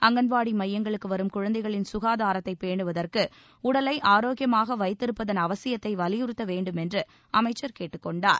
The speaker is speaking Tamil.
அங்கன்வாடி மையங்களுக்கு வரும் குழந்தைகளின் சுகாதாரத்தை பேணுவதற்கு உடலை ஆரோக்கியமாக வைத்திருப்பதன் அவசியத்தை வலியுறுத்த வேண்டும் என்று அமைச்சர் கேட்டுக் கொண்டார்